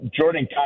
Jordan